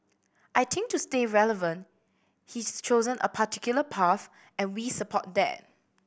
I think to stay relevant he's chosen a particular path and we support that